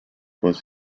was